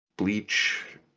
Bleach